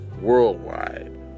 worldwide